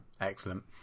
Excellent